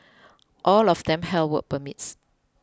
all of them held work permits